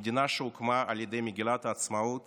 מדינה שהוקמה על ידי מגילת העצמאות